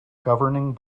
governing